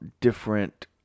different